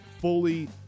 fully